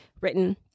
written